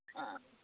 ꯑꯥ